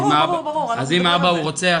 אז אם האבא הוא רוצח,